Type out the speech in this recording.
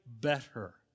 better